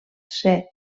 ser